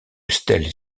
stèle